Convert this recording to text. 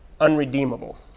unredeemable